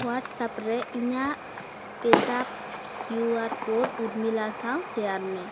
whats app ᱨᱮ ᱤᱧᱟᱹᱜ ᱯᱮᱡᱟᱯ ᱠᱤᱭᱩ ᱟᱨ ᱠᱳᱰ ᱩᱨᱢᱤᱞᱟ ᱥᱟᱶ ᱥᱮᱭᱟᱨ ᱢᱮ